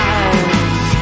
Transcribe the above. eyes